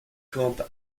campe